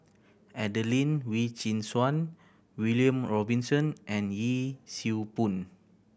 Adelene Wee Chin Suan William Robinson and Yee Siew Pun